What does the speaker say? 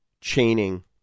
chaining